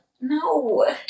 no